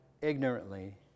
ignorantly